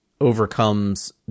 overcomes